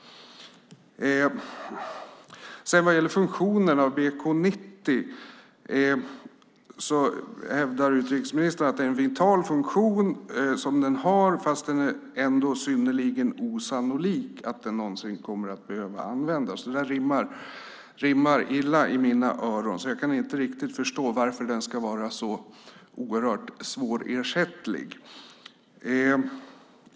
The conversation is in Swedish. Vad gäller funktionen av bombkapsel 90 hävdar utrikesministern att den har en vital funktion men att det är synnerligen osannolikt att den någonsin kommer att behöva användas. Det rimmar illa i mina öron, och jag kan inte förstå varför den ska vara så oerhört svårersättlig.